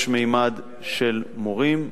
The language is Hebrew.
יש ממד של מורים,